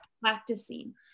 practicing